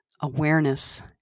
awareness